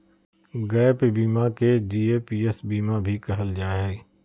gap बीमा के GAPS बीमा भी कहल जा हय